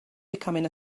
becoming